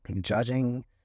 judging